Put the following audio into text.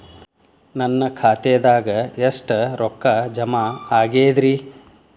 ನನ್ನ ಖಾತೆದಾಗ ಎಷ್ಟ ರೊಕ್ಕಾ ಜಮಾ ಆಗೇದ್ರಿ?